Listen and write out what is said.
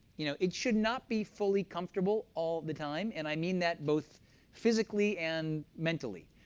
you know it should not be fully comfortable all the time, and i mean that both physically and mentally.